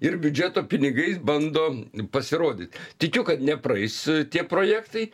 ir biudžeto pinigais bando pasirodyti tikiu kad nepraeis tie projektai